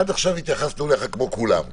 עד עכשיו התייחסנו אליך כמו כולם,